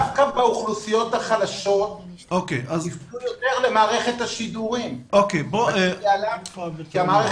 דווקא באוכלוסיות החלשות נזקקו יותר למערכת השידורים כי מערכת